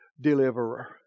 deliverer